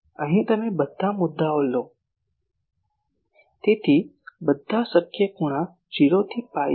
અહીં તમે બધા મુદ્દાઓ લો તેથી બધા શક્ય ખૂણા 0 થી પાઈ છે